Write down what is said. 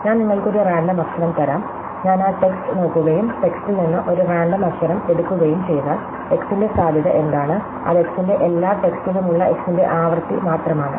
ഞാൻ നിങ്ങൾക്ക് ഒരു റാൻഡം അക്ഷരം തരാം ഞാൻ ആ ടെക്സ്റ്റ് നോക്കുകയും ടെക്സ്റ്റിൽ നിന്ന് ഒരു റാൻഡം അക്ഷരം എടുക്കുകയും ചെയ്താൽ x ന്റെ സാധ്യത എന്താണ് അത് x ന്റെ എല്ലാ ടെക്സ്റ്റിലുമുള്ള x ന്റെ ആവൃത്തി മാത്രമാണ്